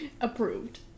approved